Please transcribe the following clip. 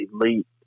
elite